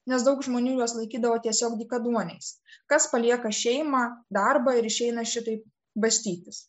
nes daug žmonių juos laikydavo tiesiog dykaduoniais kas palieka šeimą darbą ir išeina šitaip bastytis